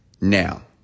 now